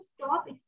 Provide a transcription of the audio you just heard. stop